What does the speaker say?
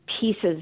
pieces